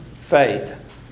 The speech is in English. Faith